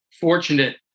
fortunate